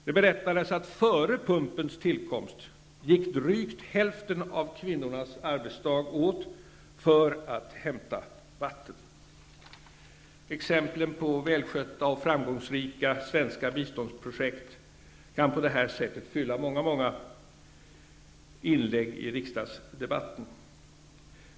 Det berättades att före pumpens tillkomst gick drygt hälften av kvinnornas arbetsdag åt för att hämta vatten. Exemplen på välskötta och framgångsrika svenska biståndsprojekt kan på det här sättet fylla många inlägg i riksdagsdebatten.